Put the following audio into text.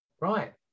right